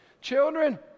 Children